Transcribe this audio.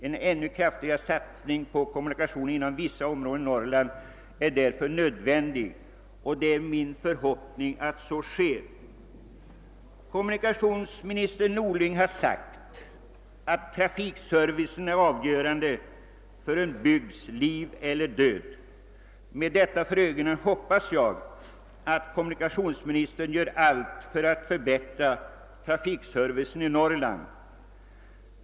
En ännu kraftigare satsning på kommunikationerna inom vissa områden i Norrland är därför nödvän dig, och det är min förhoppning att den satsningen görs. Kommunikationsminister Norling har sagt att trafikservicen är avgörande för en bygds liv eller död. Med detta för ögonen hoppas jag att kommunikationsministern gör allt för att förbättra trafikservicen i Norrland.